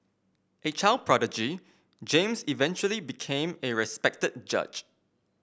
a child prodigy James eventually became a respected judge